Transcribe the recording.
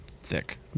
thick